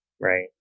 right